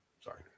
sorry